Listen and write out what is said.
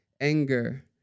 anger